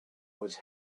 was